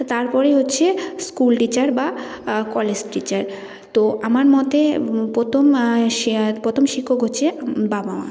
তারপরেই হচ্ছে school teacher বা কলেজ টিচার তো আমার মতে প্রথম শেয়ার প্রথম শিক্ষক হচ্ছে বাবা মা